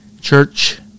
church